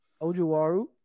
Ojuwaru